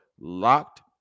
locked